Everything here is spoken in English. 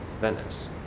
Venice